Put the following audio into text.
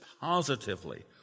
positively